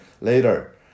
later